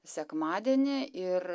sekmadienį ir